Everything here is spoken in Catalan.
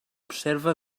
observa